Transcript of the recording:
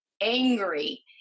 angry